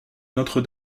notre